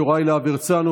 יוראי להב הרצנו,